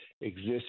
exists